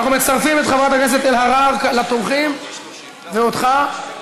אנחנו מצרפים את חברת הכנסת אלהרר לתומכים, ואותך,